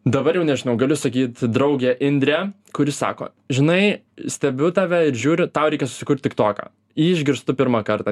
dabar jau nežinau galiu sakyt draugė indrė kuri sako žinai stebiu tave ir žiūriu tau reikia susikurt tiktoką jį išgirstu pirmą kartą